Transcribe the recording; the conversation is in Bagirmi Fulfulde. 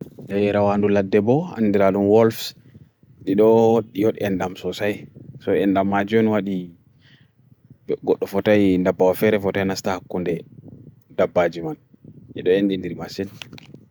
Kuunga ɓe heɓi hokkita kanko ndiyanji laawol ɗiɗi nafaama. Wolves nafoore o yeddi jaandol ɗe, haɓere no suufere nefaama, ha saareje rewele e nder.